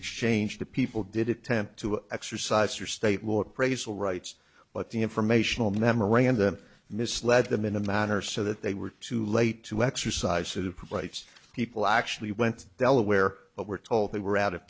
exchange the people did attempt to exercise your state more appraisal rights but the informational memorandum misled them in a manner so that they were too late to exercise it upright people actually went delaware but were told they were out of